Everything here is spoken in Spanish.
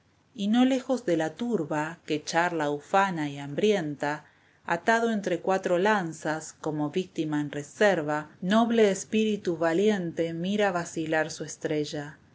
y no lejos de la turba que charla ufana y hambrienta atado entre cuatro lanzas como víctima en reserva noble espíritu valiente mira vacilar su estrella